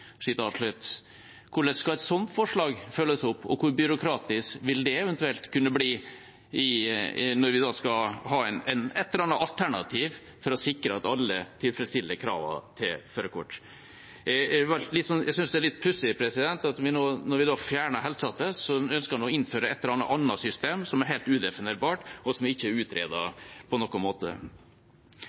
Hvordan skal et slikt forslag følges opp? Hvor byråkratisk vil det eventuelt kunne bli når vi skal ha et eller annet alternativ for å sikre at alle tilfredsstiller kravene til førerkort? Jeg synes det er litt pussig at når vi da fjerner helseattesten, ønsker man å innføre et eller annet system, som er helt udefinerbart, og som ikke er utredet på noen måte.